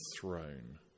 throne